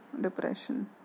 depression